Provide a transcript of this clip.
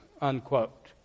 Unquote